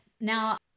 Now